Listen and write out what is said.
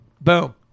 Boom